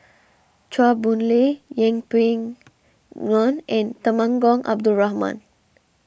Chua Boon Lay Yeng Pway Ngon and Temenggong Abdul Rahman